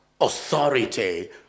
authority